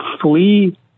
flee